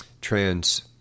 trans